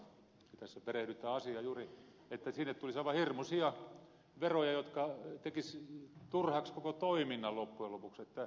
tässä perehdytään asiaan juuri että sinne tulisi aivan hirmuisia veroja jotka tekisivät turhaksi koko toiminnan loppujen lopuksi